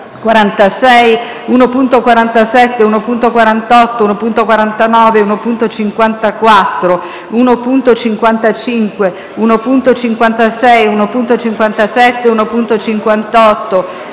1.46, 1.47, 1.48, 1.49, 1.54, 1.55, 1.56, 1.57, 1.58,